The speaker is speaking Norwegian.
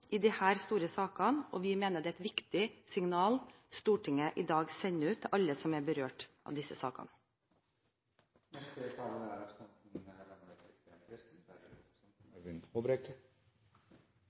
i disse store sakene, og vi mener det er et viktig signal Stortinget i dag sender ut til alle som er berørt av disse sakene. Jeg er